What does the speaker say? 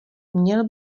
měl